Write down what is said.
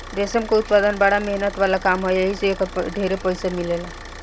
रेशम के उत्पदान बड़ा मेहनत वाला काम ह एही से एकर ढेरे पईसा मिलेला